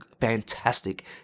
fantastic